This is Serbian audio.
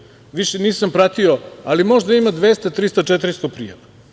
Više nisam pratio, ali možda ima 200, 300, 400 prijava.